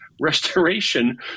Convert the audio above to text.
restoration